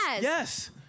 Yes